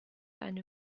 eine